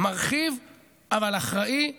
מרחיב אבל אחראי ומגודר.